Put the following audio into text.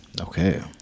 Okay